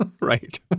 Right